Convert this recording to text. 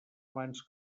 abans